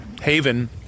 haven